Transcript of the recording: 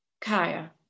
Kaya